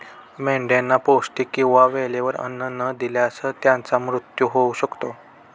मेंढ्यांना पौष्टिक किंवा वेळेवर अन्न न दिल्यास त्यांचा मृत्यू होऊ शकतो